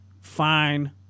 fine